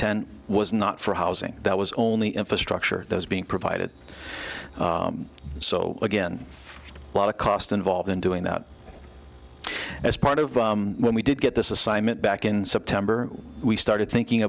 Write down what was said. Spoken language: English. ten was not for housing that was only infrastructure those being provided so again a lot of cost involved in doing that as part of when we did get this assignment back in september we started thinking